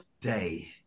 day